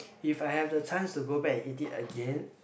if I have the chance to go back and eat it again